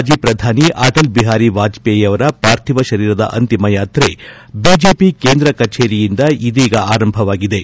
ಮಾಜಿ ಪ್ರಧಾನಿ ಅಟಲ್ ಬಿಹಾರಿ ವಾಜಪೇಯಿ ಅವರ ಪಾರ್ಥೀವ ಶರೀರದ ಅಂತಿಮ ಯಾತ್ರೆ ಬಿಜೆಪಿ ಕೇಂದ್ರ ಕಚೇರಿಯಿಂದ ಇದೀಗ ಆರಂಭವಾಗಿದ್ದು